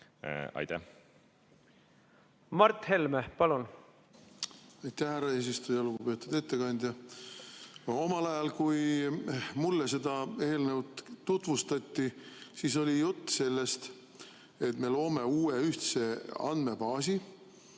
palun! Mart Helme, palun! Aitäh, härra eesistuja! Lugupeetud ettekandja! Omal ajal, kui mulle seda eelnõu tutvustati, siis oli jutt sellest, et me loome uue ühtse andmebaasi,